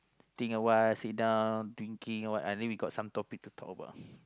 think a while sit a while drinking I think we got some topic to talk about